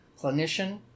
clinician